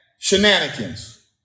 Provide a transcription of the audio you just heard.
Shenanigans